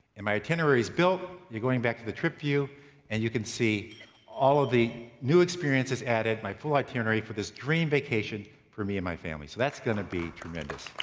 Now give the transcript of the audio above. and my itinerary is built, you're going back to the trip view and you can see all of the new experiences added, my full itinerary for this dream vacation for me and my family. so that's gonna be tremendous.